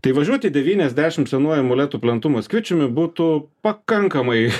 tai važiuoti devyniasdešim senuoju molėtų plentu moskvičiumi būtų pakankamai